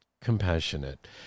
compassionate